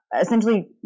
essentially